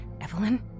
Evelyn